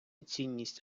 цінність